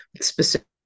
specific